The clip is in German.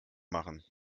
machen